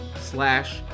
slash